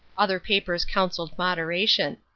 other papers counselled moderation.